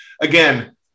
Again